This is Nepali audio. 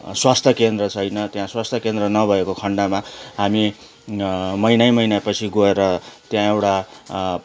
स्वास्थ्य केन्द्र छैन त्यहाँ स्वास्थ्य केन्द्र नभएको खन्डमा हामी महिनै महिनापछि गएर त्यहाँ एउटा